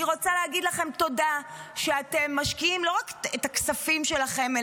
אני רוצה להגיד לכם תודה שאתם משקיעים לא רק את הכספים שלכם,